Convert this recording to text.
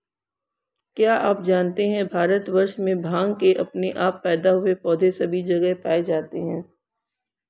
क्या आप जानते है भारतवर्ष में भांग के अपने आप पैदा हुए पौधे सभी जगह पाये जाते हैं?